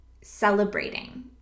celebrating